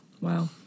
Wow